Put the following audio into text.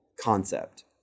concept